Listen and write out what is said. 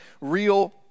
real